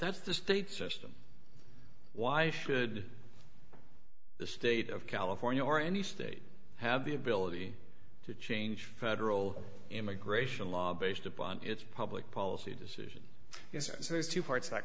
that's the state system why should the state of california or any state have the ability to change federal immigration law based upon its public policy decision so there's two parts that